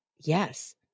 yes